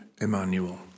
Emmanuel